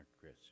Chris